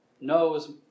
knows